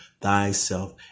thyself